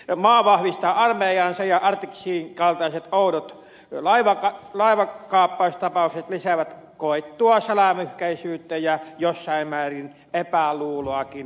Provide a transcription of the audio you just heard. maa vahvistaa armeijaansa ja arctic sean kaltaiset oudot laivakaappaustapaukset lisäävät koettua salamyhkäisyyttä ja jossain määrin epäluuloakin itänaapuriamme kohtaan